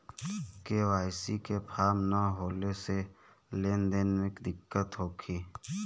KYC के form न होले से लेन देन में दिक्कत होखी?